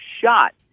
shot